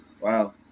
wow